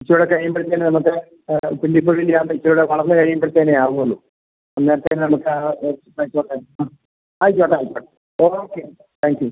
ഇത്തിരികൂടെ കഴിയുമ്പോഴത്തേക്ക് നമുക്ക് പിണ്ടിപ്പുഴുവിൻ്റെ ആവുമ്പോൾ ഇത്തിരികൂടെ വളർന്ന് കഴിയുമ്പോഴത്തേക്കേ ആവുന്നുള്ളൂ അന്നേരത്തേക്കും നമുക്ക് ആ എടുത്ത് കഴിച്ചോട്ടെ ആ ആയിക്കോട്ടെ ആയിക്കോട്ടെ ഓക്കെ താങ്ക് യൂ